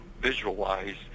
visualize